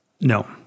No